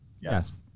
Yes